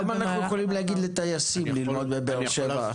למה אנחנו יכולים להגיד לטייסים ללמוד בבאר שבע,